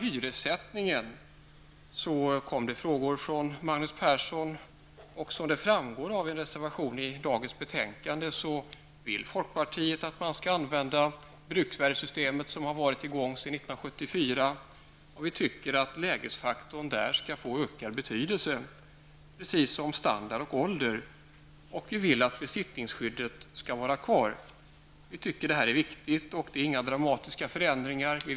Magnus Persson frågade om hyressättningen. Som framgår av en reservation i betänkandet vill folkpartiet att man skall använda bruksvärdessystemet som har varit i gång sedan 1974. Vi tycker att lägesfaktorn skall få ökad betydelse, precis som standard och ålder, och vi vill att besittningsskyddet skall vara kvar. Vi tycker att det här är viktigt. Det är inga dramatiska förändringar.